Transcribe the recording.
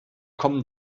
kommen